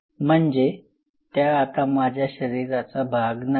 म्हणजे त्या आता माझ्या शरीराचा भाग नाही